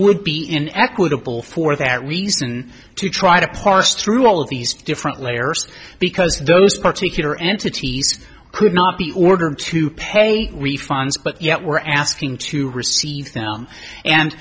would be in equitable for that reason to try to parse through all of these different layers because those particular entities could not be ordered to pay refunds but yet we're asking to receive them and